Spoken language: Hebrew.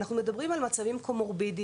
אנחנו מדברים על מצבים קו-מורבידיים,